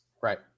right